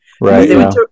right